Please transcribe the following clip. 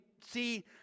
see